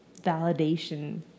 validation